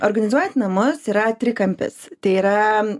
organizuojant namus yra trikampis tai yra